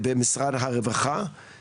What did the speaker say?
משרד העבודה, הרווחה והבטחון החברתי.